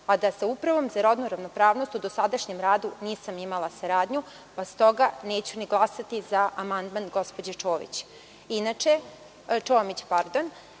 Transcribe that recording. a da sa Upravom za rodnu ravnopravnost u dosadašnjem radu nisam imala saradnju, pa s toga neću ni glasati za amandman gospođe Čomić. Inače, mogu da